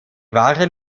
waren